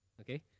Okay